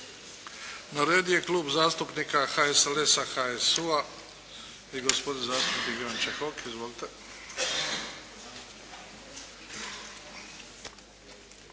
Na redu je Klub zastupnika HSLS-a, HSU-a i gospodin zastupnik Ivan Čehok. Izvolite.